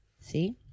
See